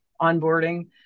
onboarding